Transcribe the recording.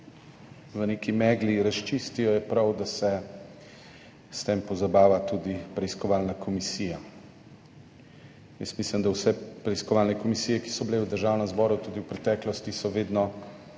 v neki megli, razčistijo, je prav, da se s tem pozabava tudi preiskovalna komisija. Jaz mislim, da so vse preiskovalne komisije, ki so bile v Državnem zboru tudi v preteklosti, vedno